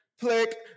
click